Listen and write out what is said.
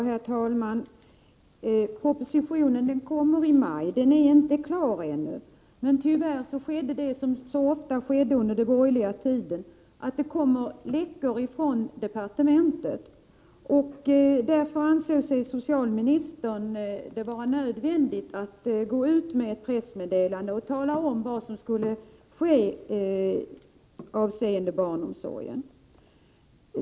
Herr talman! Propositionen kommer i maj — den är inte klar ännu. Tyvärr skedde det som så ofta skedde under den borgerliga tiden, att det uppstod läckor i departementet. Därför ansåg socialministern det vara nödvändigt att gå ut med ett pressmeddelande och tala om vad som skulle hända avseende barnomsorgen.